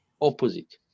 opposite